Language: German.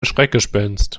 schreckgespenst